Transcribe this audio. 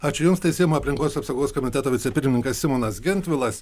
ačiū jums tai seimo aplinkos apsaugos komiteto vicepirmininkas simonas gentvilas